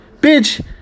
Bitch